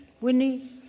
Winnie